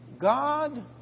God